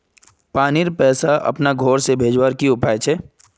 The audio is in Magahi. पानीर पैसा अपना घोर से भेजवार की उपाय छे?